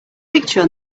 picture